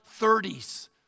30s